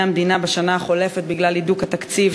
המדינה בשנה החולפת בגלל הידוק התקציב,